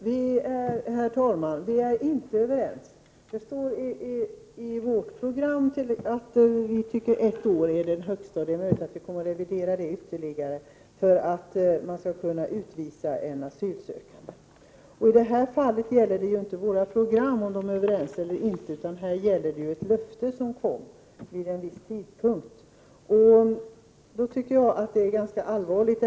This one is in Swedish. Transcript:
Herr talman! Nej, vi är inte överens. Det står i vårt program att ett år är den längsta tid man kan acceptera, och det är möjligt att vi kommer att revidera det ytterligare, när det gäller reglerna för att en asylsökande skall kunna utvisas. Men i det här fallet gäller det inte om våra program överensstämmer eller inte, utan här gäller det ett löfte som kom vid en viss tidpunkt. Därför tycker jag detta är allvarligt.